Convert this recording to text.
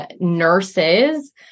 nurses